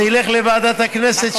זה ילך לוועדת הכנסת,